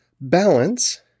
balance